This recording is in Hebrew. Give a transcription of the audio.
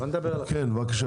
אני צריך